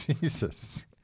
Jesus